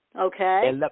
Okay